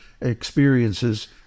experiences